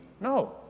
No